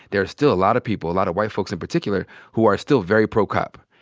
there are still a lot of people, a lot of white folks in particular who are still very pro-cop.